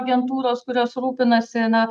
agentūros kurios rūpinasi na